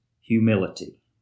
humility